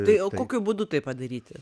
tai o kokiu būdu tai padaryti